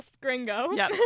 gringo